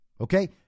okay